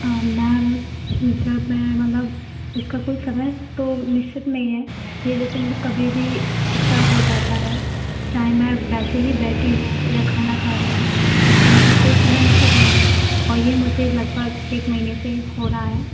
हाँ मैम जब मैं मतलब इसका कोई समय तो निश्चित नहीं है ये जैसे मतलब कभी भी इश्टार्ट हो जाता है चाहे मैं वैसे ही बैठी हूँ या खाना खा रही हूँ इसका मतलब कोई समय निश्चित नहीं है और ये मुझे लगभग एक महीने से हो रहा है